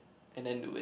and then do it